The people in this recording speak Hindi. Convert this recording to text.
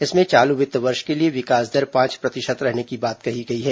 इसमें चालू वित्त वर्ष के लिए विकास दर पांच प्रतिशत रहने की बात कही गई है